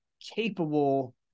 capable